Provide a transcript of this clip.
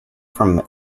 from